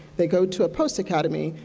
they go to a post academy,